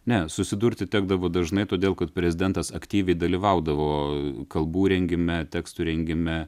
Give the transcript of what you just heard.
ne susidurti tekdavo dažnai todėl kad prezidentas aktyviai dalyvaudavo kalbų rengime tekstų rengime